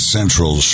Central